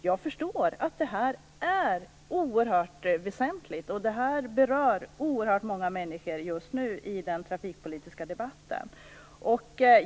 Jag förstår att detta är oerhört väsentligt och att det berör många människor just nu i den trafikpolitiska debatten.